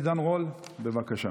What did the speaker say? חבר הכנסת עידן רול, בבקשה.